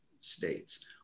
States